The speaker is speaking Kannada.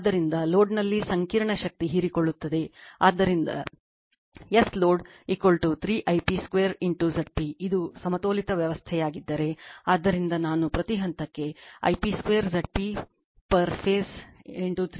ಆದ್ದರಿಂದ ಲೋಡ್ನಲ್ಲಿ ಸಂಕೀರ್ಣ ಶಕ್ತಿ ಹೀರಿಕೊಳ್ಳುತ್ತದೆ ಆದ್ದರಿಂದ S load 3 I p 2 Zp ಇದು ಸಮತೋಲಿತ ವ್ಯವಸ್ಥೆಯಾಗಿದ್ದರೆ ಆದ್ದರಿಂದ ನಾನು ಪ್ರತಿ ಹಂತಕ್ಕೆ I p 2Zp per phase 3